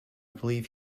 believe